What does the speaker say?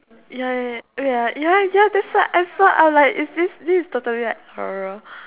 ya ya ya ya ya ya that's why I saw I was like is this this is totally like horror